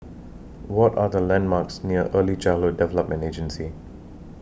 What Are The landmarks near Early Childhood Development Agency